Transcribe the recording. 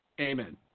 Amen